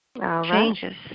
changes